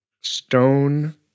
stone